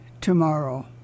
tomorrow